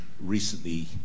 recently